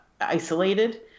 isolated